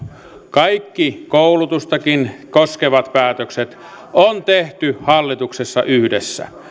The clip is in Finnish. kaikki koulutustakin koskevat päätökset on tehty hallituksessa yhdessä